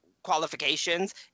qualifications